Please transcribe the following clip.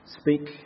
speak